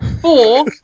Four